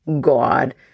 God